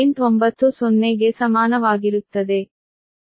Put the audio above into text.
90 ಗೆ ಸಮಾನವಾಗಿರುತ್ತದೆ